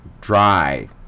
dry